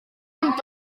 amb